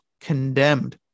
condemned